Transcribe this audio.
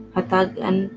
Hatagan